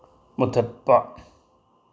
ꯃꯨꯊꯠꯄ